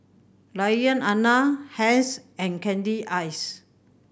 Lilianna Hence and Candyce